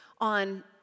on